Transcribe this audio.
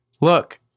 look